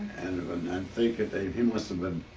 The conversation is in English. and think ah he must have been